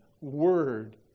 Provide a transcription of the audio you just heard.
word